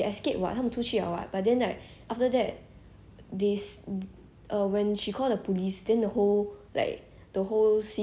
eh when she called the police then the whole like the whole scene the whole thing just disappeared already ya they go I think they'll continue from there